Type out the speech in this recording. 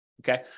Okay